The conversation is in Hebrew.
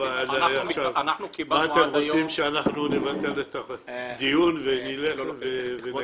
אתם רוצים שאנחנו נבטל את הדיון ונחכה?